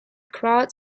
crowd